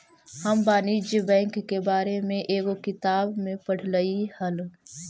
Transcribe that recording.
हम वाणिज्य बैंक के बारे में एगो किताब में पढ़लियइ हल